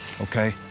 okay